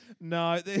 No